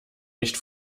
nicht